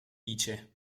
dice